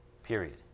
Period